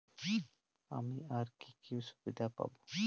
আমি আর কি কি সুবিধা পাব?